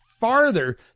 farther